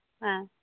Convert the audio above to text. ᱦᱮᱸ